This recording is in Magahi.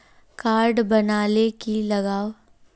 कार्ड बना ले की लगाव?